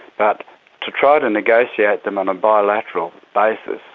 but to try to negotiate them on a bilateral basis,